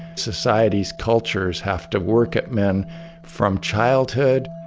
societies, cultures have to work at men from childhood.